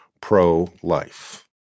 pro-life